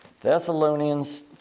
Thessalonians